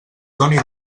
doni